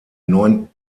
neun